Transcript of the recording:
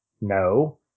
no